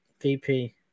VP